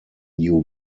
new